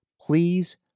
please